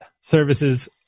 services